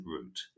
route